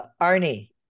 Arnie